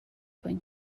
going